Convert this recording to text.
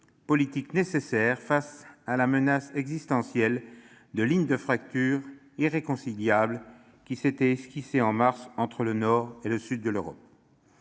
politique nécessaire face à la menace existentielle de lignes de fracture irréconciliables qui s'étaient esquissées, en mars, entre le nord et le sud de l'Europe.